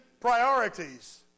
priorities